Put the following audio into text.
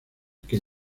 que